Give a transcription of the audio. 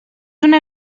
una